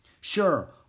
Sure